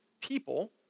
people